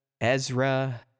Ezra